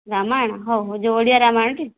ରାମାୟଣ ହେଉ ହେଉ ଯେଉଁ ଓଡ଼ିଆ ରାମାୟଣଟି